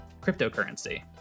cryptocurrency